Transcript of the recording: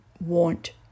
want